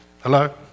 Hello